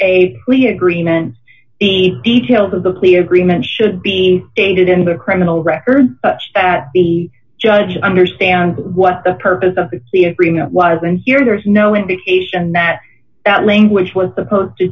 plea agreement the details of the plea agreement should be aided in the criminal record that the judge understand what the purpose of the agreement was and here there's no indication that that language was supposed to